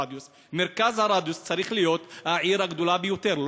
מרכז הרדיוס צריך להיות העיר הגדולה ביותר.